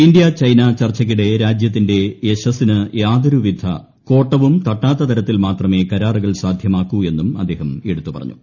ഇന്തൃ China ചർച്ചയ്ക്കിടെ രാജൃത്തിന്റെ യശസ്സിന് യാതൊരുവിധ കോട്ടവും തട്ടാത്ത തരത്തിൽ മാത്രമേ കരാറുകൾ സാധ്യമാക്കൂ എന്നും അദ്ദേഹം എടുത്തു പറഞ്ഞു